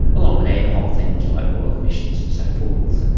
along with ad hoc things like royal commissions and so forth.